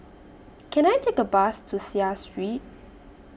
Can I Take A Bus to Seah Street